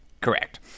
correct